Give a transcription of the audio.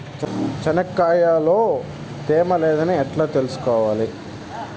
చెనక్కాయ లో తేమ లేదని ఎట్లా తెలుసుకోవాలి?